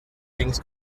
things